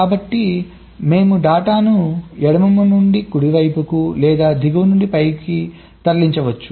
కాబట్టి మేము డేటాను ఎడమ నుండి కుడికి లేదా దిగువ నుండి పైకి తరలించవచ్చు